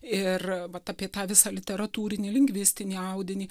ir vat apie tą visą literatūrinį lingvistinį audinį